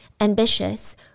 ambitious